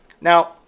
Now